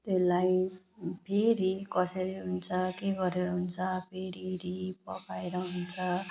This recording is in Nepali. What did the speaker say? त्यसलाई फेरि कसरी हुन्छ के गरेर हुन्छ फेरि री पकाएर हुन्छ